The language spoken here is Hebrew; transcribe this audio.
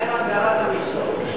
מה עם הגדלת המכסות?